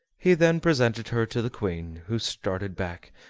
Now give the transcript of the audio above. he then presented her to the queen, who started back,